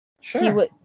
Sure